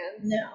No